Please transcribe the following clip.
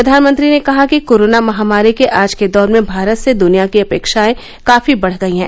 प्रधानमंत्री ने कहा कि कोरोना महामारी के आज के दौर में भारत से दुनिया की अपेक्षाएं काफी बढ़ गई हैं